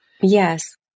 Yes